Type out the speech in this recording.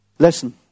Listen